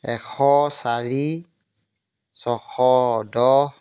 এশ চাৰি ছশ দহ